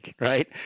right